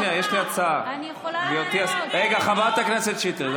זה החלום של הפקידים, חברת הכסת קטי שטרית.